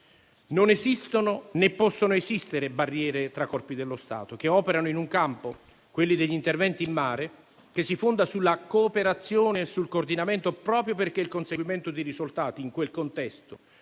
Non esistono né possono esistere barriere tra corpi dello Stato che operano in un campo, quello degli interventi in mare, che si fonda sulla cooperazione e sul coordinamento, proprio perché il conseguimento dei risultati in quel contesto,